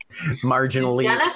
marginally